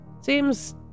Seems